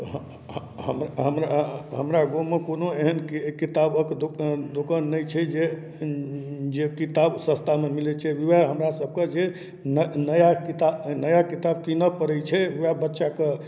हमरा गाँवमे कोनो एहन किताबक दोकान दोकान नहि छै जे जे किताब सस्तामे मिलैत छै ओहए हमरा सबके जे नया किताब नया किताब किनऽ पड़ैत छै ओहए बच्चा कऽ